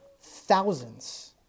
thousands